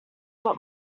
but